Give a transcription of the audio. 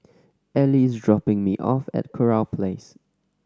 Eli is dropping me off at Kurau Place